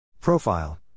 Profile